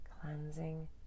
cleansing